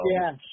Yes